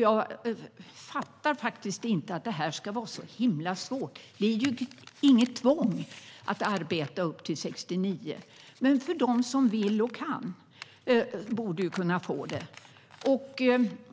Jag fattar inte att det här ska vara så himla svårt. Det är ju inget tvång att arbeta upp till 69 år. Men de som vill och kan borde kunna få det.